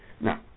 Now